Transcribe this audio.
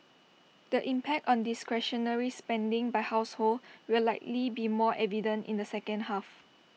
the impact on discretionary spending by households will likely be more evident in the second half